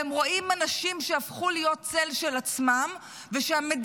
והם רואים אנשים שהפכו להיות צל של עצמם ושהמדינה